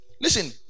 Listen